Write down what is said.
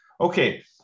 okay